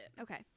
Okay